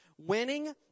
Winning